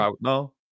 No